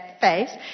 face